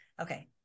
Okay